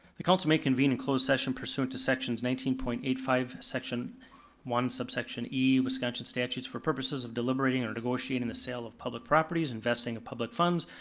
the council may convene in closed session pursuant to sections nineteen point eight five, section one, subsection e, wisconsin statutes for purposes of deliberating or negotiating the sale of public properties, investing of public funds,